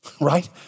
right